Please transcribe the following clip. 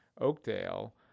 Oakdale